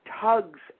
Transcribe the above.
tugs